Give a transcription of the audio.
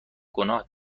گناه